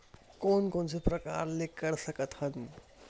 कोन कोन से प्रकार ले कर सकत हन?